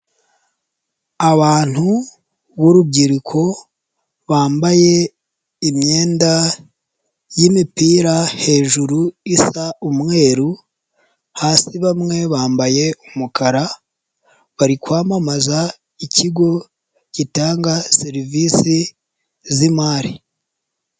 Abantu b'urubyiruko bambaye imyenda y'imipira hejuru isa umweru, hasi bamwe bambaye umukara, bari kwamamaza ikigo gitanga serivisi z'imari.